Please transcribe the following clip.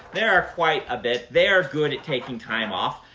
there are quite a bit. they are good at taking time off.